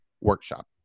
workshop